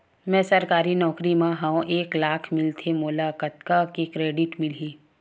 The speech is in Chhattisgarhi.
मैं सरकारी नौकरी मा हाव एक लाख मिलथे मोला कतका के क्रेडिट मिलही?